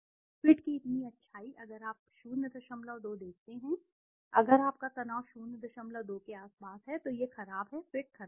fit की इतनी अच्छाई अगर आप 02 देखते हैं अगर आपका तनाव 02 के आसपास है तो यह खराब है फिट खराब है